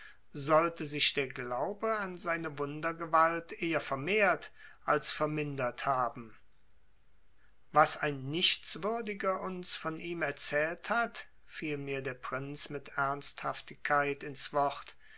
sollte sich der glaube an seine wundergewalt eher vermehrt als vermindert haben was ein nichtswürdiger uns von ihm erzählt hat fiel mir der prinz mit ernsthaftigkeit ins wort